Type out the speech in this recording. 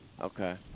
Okay